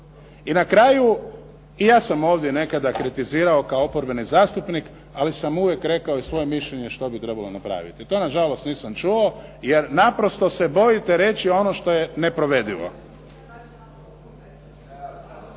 I na kraju, i ja sam ovdje nekada kritizirao kao oporbeni zastupnik, ali sam uvijek rekao i svoje mišljenje što bi trebalo napraviti. To nažalost nisam čuo jer naprosto se bojite reći ono što je neprovedivo.